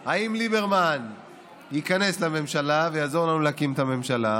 האם ליברמן ייכנס לממשלה ויעזור לנו להקים את הממשלה